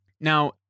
Now